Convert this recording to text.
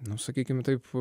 nu sakykim taip